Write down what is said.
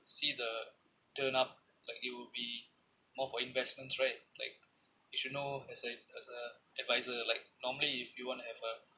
see the turn up like it will be more for investments right like you should know as a as a adviser like normally if you want to have a